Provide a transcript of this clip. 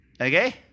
Okay